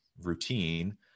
routine